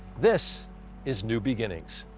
this is new beginnings.